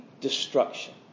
destruction